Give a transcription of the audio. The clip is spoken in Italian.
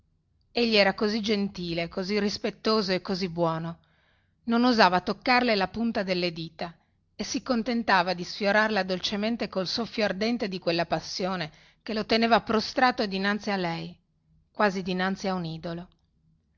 egli era così gentile così rispettoso e così buono non osava toccarle la punta delle dita e si contentava di sfiorarla dolcemente col soffio ardente di quella passione che lo teneva prostrato dinanzi a lei quasi dinanzi a un idolo